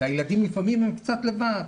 הילדים לפעמים הם קצת לבד.